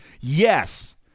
Yes